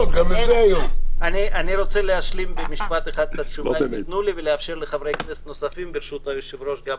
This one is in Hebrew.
אני רוצה להשלים במשפט אחד ולאפשר לחברי כנסת נוספים לשאול.